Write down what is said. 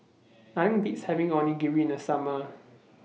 Nothing Beats having Onigiri in The Summer